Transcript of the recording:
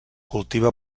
cultiva